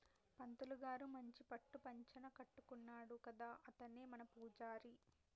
పంతులు గారు మంచి పట్టు పంచన కట్టుకున్నాడు కదా అతనే మన పూజారి